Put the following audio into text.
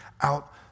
out